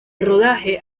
rodaje